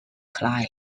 clan